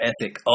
ethic